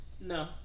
No